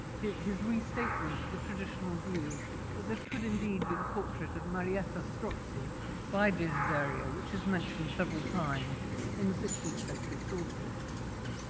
his his restatement of the traditional view that this could indeed be the portrait of marietta strozzi by desiderio, which has been mentioned several times in the sixteenth century sources.